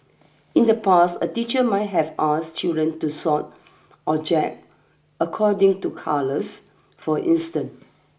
in the past a teacher might have asked children to sort object according to colours for instance